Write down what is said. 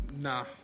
Nah